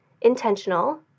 intentional